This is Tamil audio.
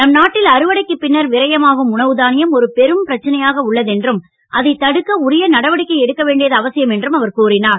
நம் நாட்டில் அறுவடைக்குப் பின்னர் விரயமாகும் உணவு தானியம் ஒரு பெரும் பிரச்சனையாக உள்ளது என்றும் அதைத் தடுக்க உரிய நடவடிக்கை எடுக்கவேண்டியது அவசியம் என்றும் அவர் கூறினார்